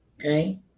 Okay